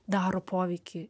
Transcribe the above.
daro poveikį